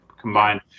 combined